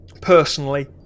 personally